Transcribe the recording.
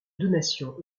donation